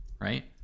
right